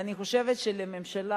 ואני חושבת שהממשלה,